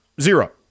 Zero